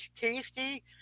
Tasty